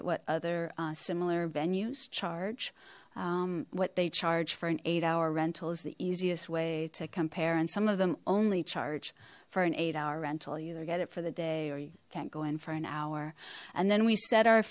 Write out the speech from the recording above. at what other similar venues charge what they charge for an eight hour rental is the easiest way to compare and some of them only charge for an eight hour rental either get it for the day or you can't go in for an hour and then we set our